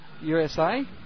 USA